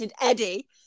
Eddie